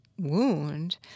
wound